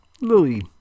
Lily